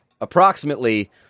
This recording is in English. approximately